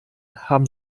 haben